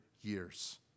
years